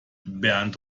bert